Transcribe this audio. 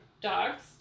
dogs